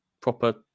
proper